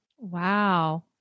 Wow